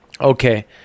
okay